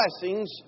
blessings